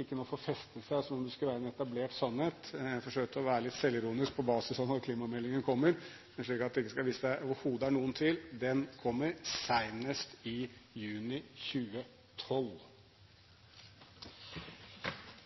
ikke må få festet seg som om det skulle være en etablert sannhet. Jeg forsøkte å være litt selvironisk på basis av når klimameldingen kommer, og hvis det overhodet er noen tvil: Den kommer, senest i juni 2012!